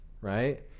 right